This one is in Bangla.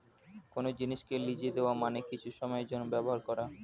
কোন জিনিসকে লিজে দেওয়া মানে কিছু সময়ের জন্যে ব্যবহার করা